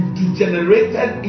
degenerated